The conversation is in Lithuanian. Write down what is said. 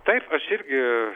taip aš irgi